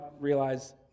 realize